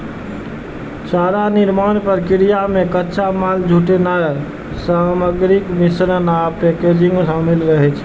चारा निर्माण प्रक्रिया मे कच्चा माल जुटेनाय, सामग्रीक मिश्रण आ पैकेजिंग शामिल रहै छै